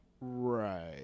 right